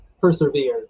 persevere